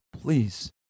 please